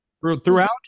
throughout